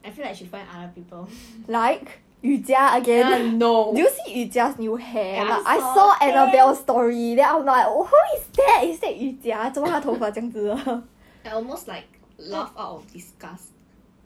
还有谁 ah um orh elliot 你要不要你看过 elliot right johnson 也是戴眼镜 [what] 他太高了